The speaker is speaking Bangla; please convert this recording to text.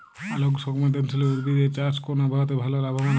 আলোক সংবেদশীল উদ্ভিদ এর চাষ কোন আবহাওয়াতে ভাল লাভবান হয়?